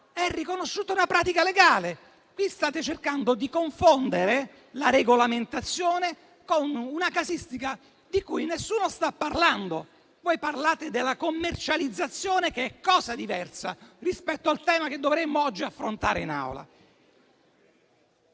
è riconosciuta come una pratica legale. State cercando di confondere la regolamentazione con una casistica di cui nessuno sta parlando. Voi parlate della commercializzazione, che è cosa diversa rispetto al tema che dovremmo oggi affrontare in Aula.